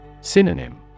Synonym